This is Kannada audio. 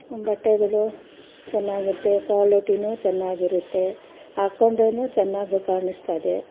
ಬಟ್ಟೆಗಳು ಚೆನ್ನಾಗುತ್ತೆ ಕ್ವಾಲುಟಿ ಚೆನ್ನಾಗಿರುತ್ತೆ ಹಾಕೊಂಡ್ರೆ ಚೆನ್ನಾಗೆ ಕಾಣಿಸ್ತದೆ